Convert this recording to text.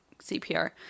CPR